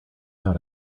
out